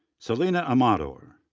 selena amador.